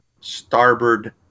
starboard